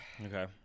okay